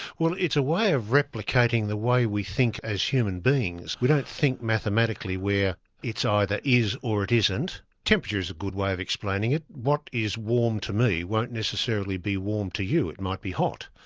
well, it's a way of replicating the way we think as human beings. we don't think mathematically where it's either is or it isn't. temperature is a good way of explaining it. what is warm to me won't necessarily be warm to you, it might be hot.